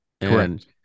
Correct